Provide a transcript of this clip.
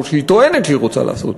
או שהיא טוענת שהיא רוצה לעשות.